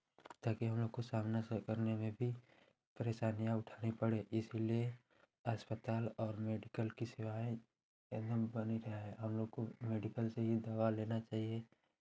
ताकि हम लोग को सामना करने में भी परेशानियाँ उठानी पड़े इसलिए अस्पताल और मेडिकल की सेवाएं एकदम बनी रहे हम लोग को मेडिकल से ही दवा लेना चाहिए